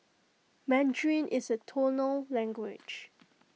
Mandarin is A tonal language